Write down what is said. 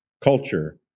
culture